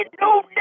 no